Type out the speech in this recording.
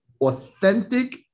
authentic